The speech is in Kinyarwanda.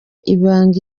ibanga